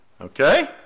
Okay